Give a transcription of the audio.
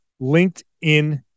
LinkedIn